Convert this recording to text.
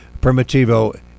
Primitivo